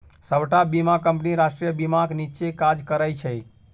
सबटा बीमा कंपनी राष्ट्रीय बीमाक नीच्चेँ काज करय छै